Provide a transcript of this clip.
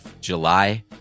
July